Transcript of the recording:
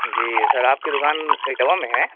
جی sir آپ کی دکان اٹوا میں ہیں